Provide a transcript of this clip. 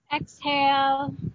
Exhale